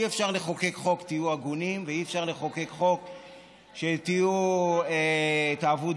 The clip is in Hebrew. אי-אפשר לחוקק חוק שתהיו הגונים ואי-אפשר לחוקק חוק שתהוו דוגמה,